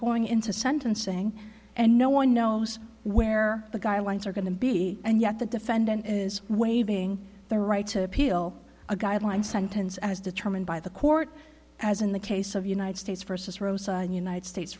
going into sentencing and no one knows where the guidelines are going to be and yet the defendant is waving the right to appeal a guideline sentence as determined by the court as in the case of united states versus united states